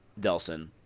Delson